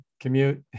commute